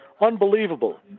unbelievable